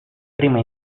prima